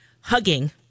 hugging